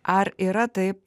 ar yra taip